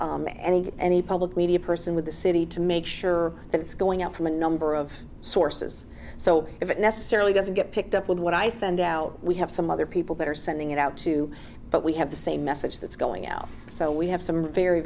county and any public media person with the city to make sure that it's going out from a number of sources so if it necessarily doesn't get picked up with what i found out we have some other people that are sending it out too but we have the same message that's going out so we have some very